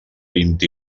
vint